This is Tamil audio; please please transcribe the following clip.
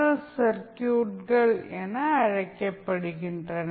எல் சர்க்யூட்கள் என அழைக்கப்படுகின்றன